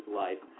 life